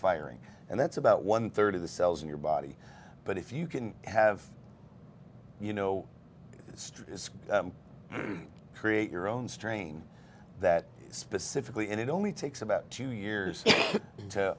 firing and that's about one third of the cells in your body but if you can have you know it's true is create your own strain that specifically and it only takes about two years to